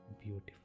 beautiful